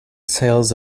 sales